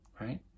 right